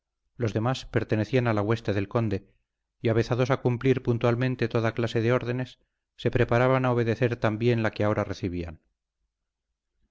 los demás pertenecían a la hueste del conde y avezados a cumplir puntualmente toda clase de órdenes se preparaban a obedecer también la que ahora recibían